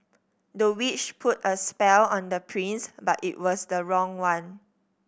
the witch put a spell on the prince but it was the wrong one